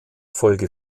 folge